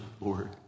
Lord